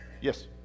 Yes